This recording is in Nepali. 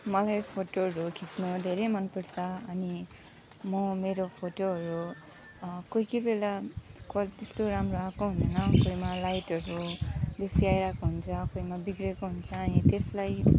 मलाई फोटोहरू खिच्न धेरै मन पर्छ अनि म मेरो फोटोहरू कोही कही बेला कहिले त्यस्तो राम्रो आएको हुँदैन कोहीमा लाइटहरू बेसी आइरहेको हुन्छ कोहीमा बिग्रेको हुन्छ अनि त्यसलाई